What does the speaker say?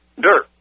dirt